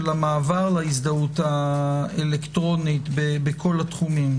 המעבר להזדהות האלקטרונית בכל התחומים?